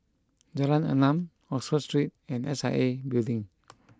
Jalan Enam Oxford Street and S I A Building